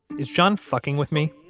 is john fucking with me?